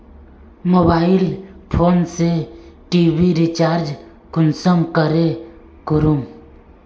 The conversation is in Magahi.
मोबाईल फोन से टी.वी रिचार्ज कुंसम करे करूम?